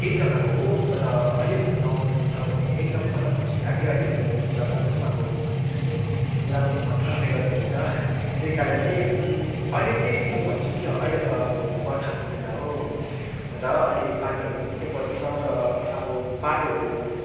त्यही जग्गाको हो र अहिले घुम्नु आउनुहुन्छ भने एकदमै मलाई पनि खुसी लाग्यो है मेरो जगाहरू पनि अब मानिसहरूले पुरा मन पराउने गर्दोरहेछ त्यहीकारण चाहिँ अहिले चाहिँ म भन्छु कि अहिले त अब बर्खाको बेला हो हो र अहिले पानीहरू पनि निकै पर्दैछ र अब बाटोहरू